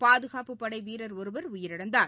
பாதுகாப்புப் படைவீரர் ஒருவர் உயிரிழந்தார்